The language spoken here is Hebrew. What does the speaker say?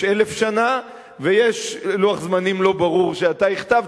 יש אלף שנה ויש לוח זמנים לא ברור שאתה הכתבת,